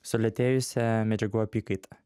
sulėtėjusią medžiagų apykaitą